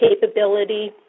capability